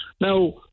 Now